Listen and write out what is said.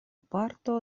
parto